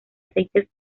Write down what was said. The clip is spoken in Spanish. aceites